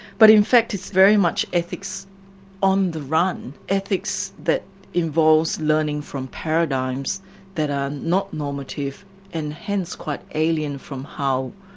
but in fact it's very much ethics on the run, ethics that involve learning from paradigms that are not normative and hence, quite alien from how,